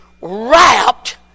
wrapped